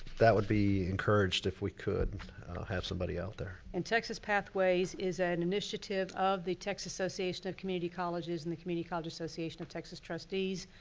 that would be encouraged if we could have somebody out there. and texas pathways is an initiative of the texas association of community colleges and the community college association of texas trustees,